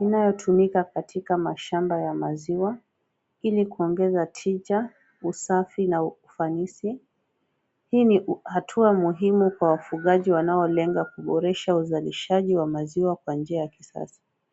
inayotumika katika mashamba ya maziwa ili kuongeza tija, usafi na ufanisi. Hii ni hatua muhimu kwa wafugaji wanaolenga kuboresha uzalishaji wa maziwa kwa njia ya kisasa.